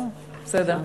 טוב, בסדר.